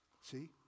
See